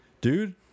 Dude